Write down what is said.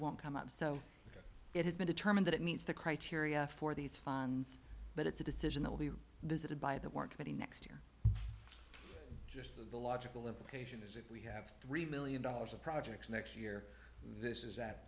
won't come up so it has been determined that it meets the criteria for these funds but it's a decision that will be visited by the work committee next year just the logical implication is if we have three million dollars of projects next year this is at